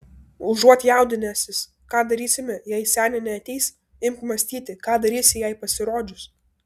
užuot jaudinęsis ką darysime jei senė neateis imk mąstyti ką darysi jai pasirodžius